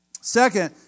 Second